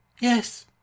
Yes